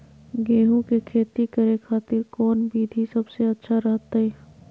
गेहूं के खेती करे खातिर कौन विधि सबसे अच्छा रहतय?